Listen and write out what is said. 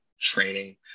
training